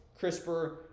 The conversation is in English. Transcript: CRISPR